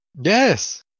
Yes